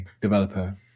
developer